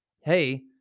hey